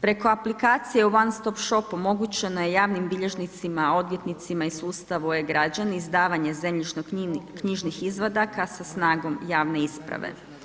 Preko aplikacije u one stop shopu moguće je na javnim bilježnicima, odvjetnicima i sustavu e-građani izdavanje zemljišno knjižnih izvadaka sa snagom javne isprave.